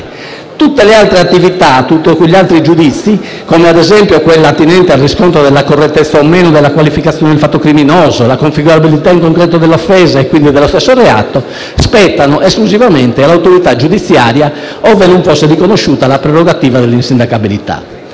parlamentare. Tutti gli altri giudizi, come ad esempio quello attinente al riscontro della correttezza o meno della qualificazione del fatto criminoso, la configurabilità in concreto dell'offesa e quindi dello stesso reato, spettano esclusivamente all'autorità giudiziaria, ove non fosse riconosciuta la prerogativa dell'insindacabilità.